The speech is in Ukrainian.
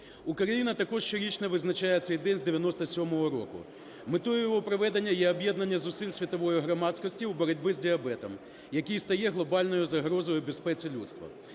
Україна також щорічно відзначає цей день з 97-го року. Метою його проведення є об'єднання зусиль світової громадськості у боротьбі з діабетом, який стає глобальною загрозою безпеці людства.